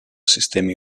sistemi